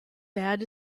bad